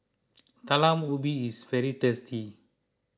Talam Ubi is very tasty